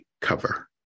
cover